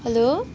hello